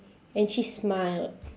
and she smiled